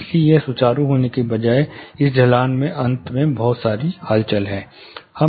इसलिए यह सुचारू होने के बजाय इस ढलान में अंत में बहुत सारी हलचल हैं